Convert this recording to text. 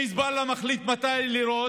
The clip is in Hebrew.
חיזבאללה מחליט מתי לירות,